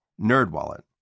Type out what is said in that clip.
NerdWallet